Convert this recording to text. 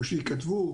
או שייכתבו